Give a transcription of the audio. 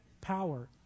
power